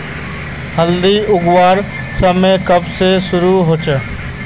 हल्दी उखरवार समय कब से शुरू होचए?